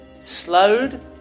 slowed